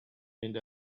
and